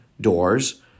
doors